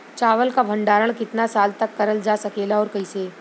चावल क भण्डारण कितना साल तक करल जा सकेला और कइसे?